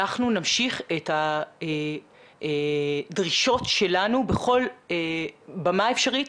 אנחנו נמשיך את הדרישות שלנו בכל במה אפשרית,